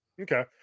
Okay